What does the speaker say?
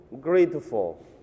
grateful